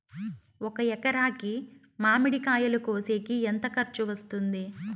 ఒక ఎకరాకి మామిడి కాయలు కోసేకి ఎంత ఖర్చు వస్తుంది?